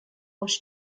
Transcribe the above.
was